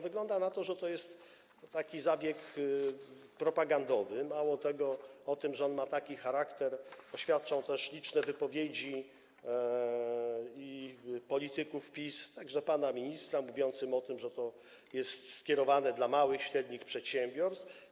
Wygląda na to, że to jest taki zabieg propagandowy - mało tego, o tym, że on ma taki charakter, świadczą też liczne wypowiedzi polityków PiS, także pana ministra, mówiących o tym, że to jest skierowane do małych i średnich przedsiębiorstw.